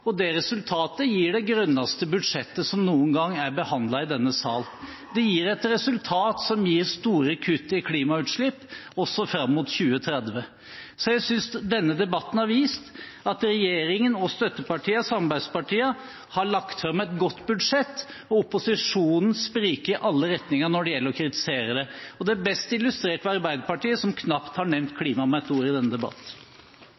og det resultatet gir det grønneste budsjettet som noen gang er behandlet i denne sal. Det gir et resultat som gir store kutt i klimagassutslipp, også fram mot 2030. Så jeg synes denne debatten har vist at regjeringen og støttepartiene, samarbeidspartiene, har lagt fram et godt budsjett, og opposisjonen spriker i alle retninger når det gjelder å kritisere det. Det er best illustrert ved Arbeiderpartiet, som knapt har nevnt